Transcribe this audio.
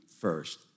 first